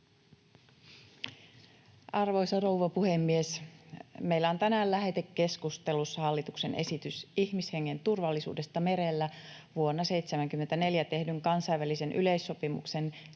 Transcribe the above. Arvoisa rouva puhemies! Meillä on tänään lähetekeskustelussa hallituksen esitys ihmishengen turvallisuudesta merellä vuonna 1974 tehdyn kansainvälisen yleissopimuksen